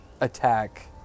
attack